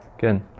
Good